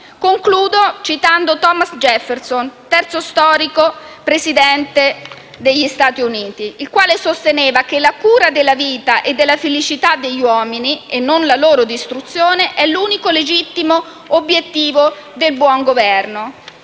Concludo citando Thomas Jefferson, terzo storico Presidente degli Stati Uniti, il quale sosteneva che la cura della vita e della felicità degli uomini, e non la loro distruzione, è l'unico legittimo obiettivo del buon governo.